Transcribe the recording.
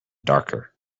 darker